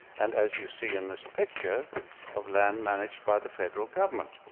and as you see in this picture of land managed by the federal government.